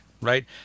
right